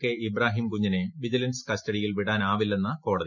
K Ibrahim കുഞ്ഞിനെ vigilance കസ്റ്റഡിയിൽ വിടാനാവില്ലെന്ന് കോടതി